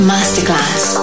Masterclass